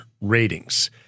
ratings